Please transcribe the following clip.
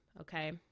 okay